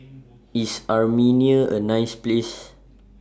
IS Armenia A nice Place